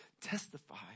testify